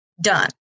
Done